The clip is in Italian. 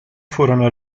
furono